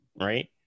right